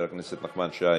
חבר הכנסת נחמן שי,